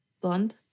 blonde